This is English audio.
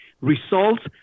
Results